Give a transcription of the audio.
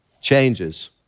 changes